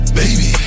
baby